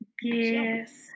Yes